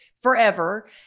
forever